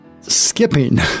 skipping